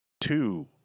two